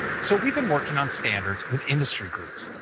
so we've been working on standards with industry groups.